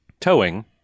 towing